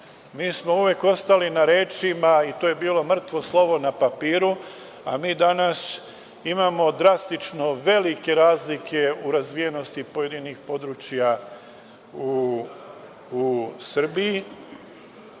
Mi smo uvek ostali na rečima i to je bilo mrtvo slovo na papiru, a mi danas imamo drastično velike razlike u razvijenosti pojedinih područja u Srbiji,